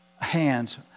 hands